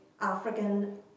African